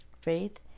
Faith